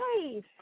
Hey